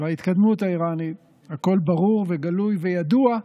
וההתקדמות האיראנית הכול ברור וגלוי וידוע,